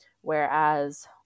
whereas